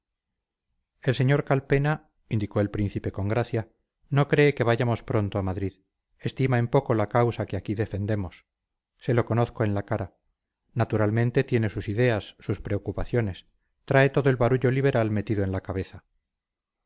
el sr calpena indicó el príncipe con gracia no cree que vayamos pronto a madrid estima en poco la causaque aquí defendemos se lo conozco en la cara naturalmente tiene sus ideas sus preocupaciones trae todo el barullo liberal metido en la cabeza